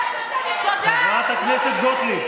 חברת הכנסת גוטליב.